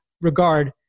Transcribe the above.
regard